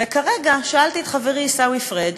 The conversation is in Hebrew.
וכרגע שאלתי את חברי עיסאווי פריג',